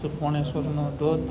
સુરપાણેશ્વરનો ધોધ